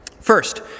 First